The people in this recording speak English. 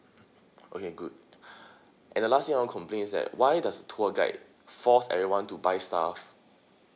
okay good and the lastly I want to complain is that why does tour guide forced everyone to buy stuff